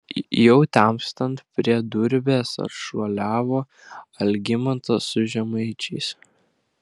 jau temstant prie durbės atšuoliavo algminas su žemaičiais